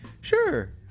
sure